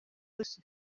yose